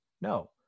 No